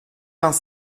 vingt